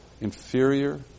inferior